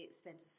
spent